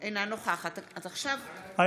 בעד אילת שקד, בעד